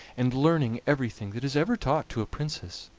and learning everything that is ever taught to a princess,